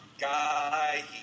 guy